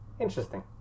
Interesting